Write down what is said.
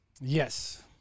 Yes